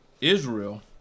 Israel